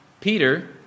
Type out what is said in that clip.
Peter